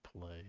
play